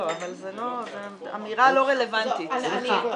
זו אמירה לא רלוונטית, סליחה.